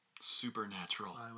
Supernatural